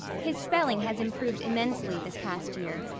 his spelling has improved immensely this past year,